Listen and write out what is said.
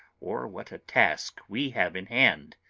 or what a task we have in hand.